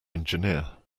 engineer